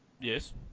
Yes